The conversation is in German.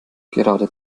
gerade